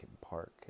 park